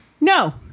No